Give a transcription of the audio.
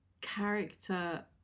character